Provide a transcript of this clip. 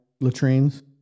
latrines